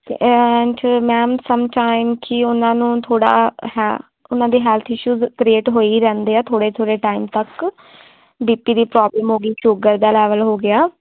and ma'am sometime ਕੀ ਉਹਨਾਂ ਨੂੰ ਥੋੜ੍ਹਾ ਹੈ ਉਹਨਾਂ ਦੇ ਹੈਲਥ ਇਸ਼ੂਜ਼ ਕ੍ਰੀਏਟ ਹੋਏ ਹੀ ਰਹਿੰਦੇ ਆ ਥੋੜ੍ਹੇ ਥੋੜ੍ਹੇ ਟਾਈਮ ਤੱਕ ਬੀ ਪੀ ਦੀ ਪ੍ਰੋਬਲਮ ਹੋ ਗਈ ਸ਼ੂਗਰ ਦਾ ਲੈਵਲ ਹੋ ਗਿਆ